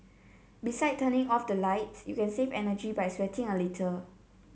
besides turning off the lights you can save energy by sweating a little